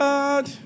God